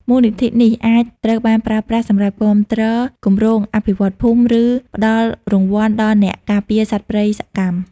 មូលនិធិនេះអាចត្រូវបានប្រើប្រាស់សម្រាប់គាំទ្រគម្រោងអភិវឌ្ឍន៍ភូមិ ឬផ្តល់រង្វាន់ដល់អ្នកការពារសត្វព្រៃសកម្ម។